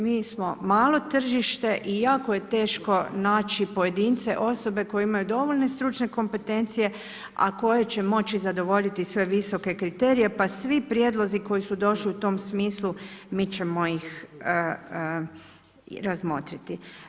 Mi smo malo tržište i jako je teško naći pojedince, osobe koje imaju dovoljne stručne kompetencije, a koje će moći zadovoljiti sve visoke kriterije pa svi prijedlozi koji su došli u tom smislu, mi ćemo ih razmotriti.